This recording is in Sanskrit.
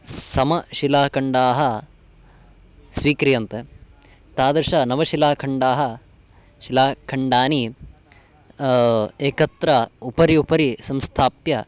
समशिलाखण्डाः स्वीक्रियन्ते तादृशनवशिलाखण्डानि शिलाखण्डानि एकत्र उपरि उपरि संस्थाप्य